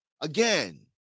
Again